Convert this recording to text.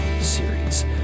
series